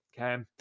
Okay